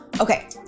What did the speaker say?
okay